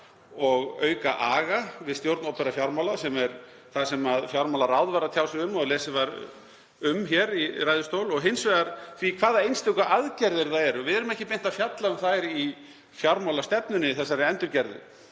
og auka aga við stjórn opinberra fjármála, sem er það sem fjármálaráð var að tjá sig um og lesið var um hér í ræðustól, og hins vegar því hvaða einstöku aðgerðir það eru. Við erum ekki beint að fjalla um þær í fjármálastefnunni, í þessari endurgerð,